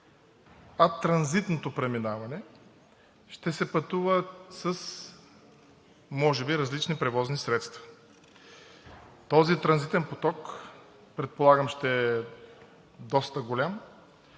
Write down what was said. а транзитното преминаване – може би ще се пътува с различни превозни средства. Този транзитен поток, предполагам, ще е доста голям,